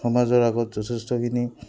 সমাজৰ আগত যথেষ্টখিনি